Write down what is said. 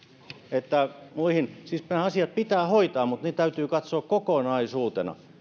että muihin nämä asiat pitää siis hoitaa mutta ne täytyy katsoa kokonaisuutena